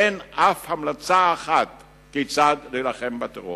אין אף המלצה אחת כיצד להילחם בטרור.